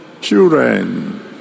children